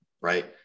Right